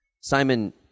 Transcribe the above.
Simon